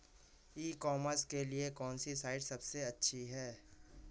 ई commerce के लिए कौनसी साइट सबसे अच्छी है?